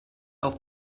auf